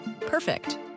Perfect